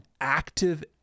active